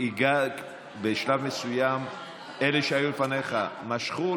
בשלב מסוים אלה שהיו לפניך משכו,